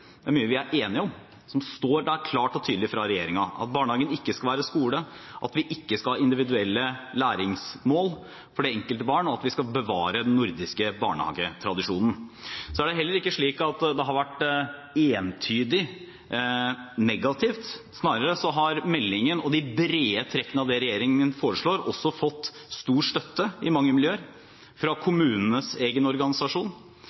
Det er mye vi er enige om, som står der klart og tydelig fra regjeringen: at barnehagen ikke skal være skole, at vi ikke skal ha individuelle læringsmål for det enkelte barn, og at vi skal bevare den nordiske barnehagetradisjonen. Så er det heller ikke slik at det har vært entydig negativt, snarere har meldingen og de brede trekkene av det regjeringen foreslår, fått stor støtte i mange miljøer – fra kommunenes egen organisasjon,